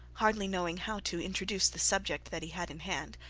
hardly knowing how to introduce the subject that he had in hand.